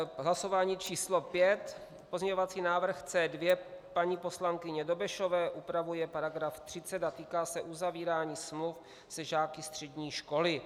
Hlasování číslo pět, pozměňovací návrh C2 paní poslankyně Dobešové, upravuje § 30 a týká se uzavírání smluv se žáky střední školy.